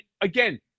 again